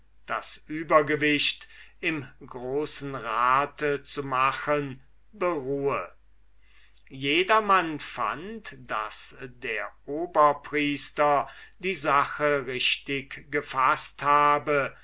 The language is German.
das übergewicht im großen rate zu machen beruht jedermann fand daß der oberpriester die sache sehr richtig gefaßt habe